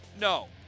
No